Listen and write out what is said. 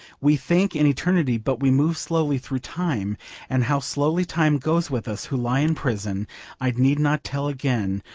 we think in eternity, but we move slowly through time and how slowly time goes with us who lie in prison i need not tell again,